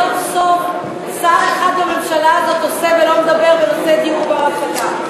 סוף-סוף שר אחד בממשלה הזאת עושה ולא מדבר בנושא דיור בר-השגה.